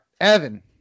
Evan